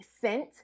scent